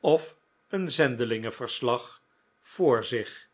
of een zendelingen verslag voor zich